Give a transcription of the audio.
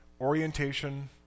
orientation